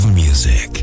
music